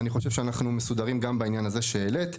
אני חושב שאנחנו מסודרים גם בעניין הזה שהעלית.